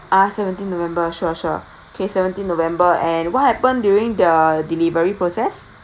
ah seventeen november sure sure okay seventeen november and what happened during the delivery process